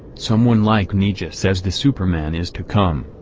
someone like nietzsche says the superman is to come.